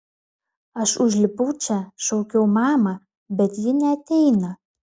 aš užlipau čia šaukiau mamą bet ji neateina